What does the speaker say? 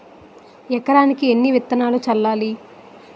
ఎకరానికి ఎన్ని విత్తనాలు చల్లాలి?